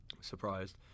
surprised